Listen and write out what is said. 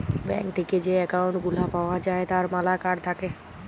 bank থেক্যে যে account গুলা পাওয়া যায় তার ম্যালা কার্ড থাক্যে